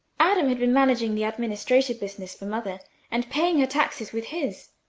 adam had been managing the administrator business for mother and paying her taxes with his,